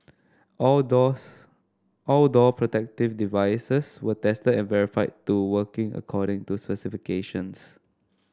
all doors all door protective devices were tested and verified to working according to specifications